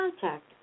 contact